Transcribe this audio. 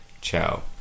Ciao